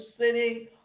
sitting